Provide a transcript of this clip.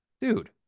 Dude